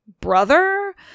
brother